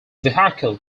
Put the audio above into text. vehicle